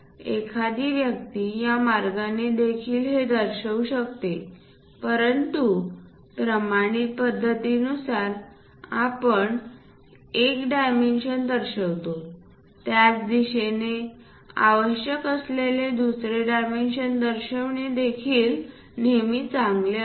एखादी व्यक्ती या मार्गाने देखील हे दर्शवू शकते परंतु प्रमाणित पद्धतीनुसार आपण एक डायमेन्शन दर्शवितो त्याच दिशेने आवश्यक असलेले दुसरे डायमेन्शन दर्शविणे देखील नेहमी चांगले असते